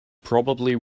probably